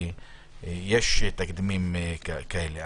כי יש תקדימים כאלה.